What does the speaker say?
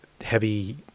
heavy